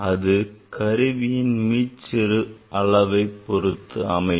அது கருவியின் மீச்சிறு அளவைப் பொறுத்து அமையும்